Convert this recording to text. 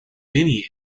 many